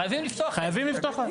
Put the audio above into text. חייבים לפתוח להם.